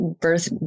birth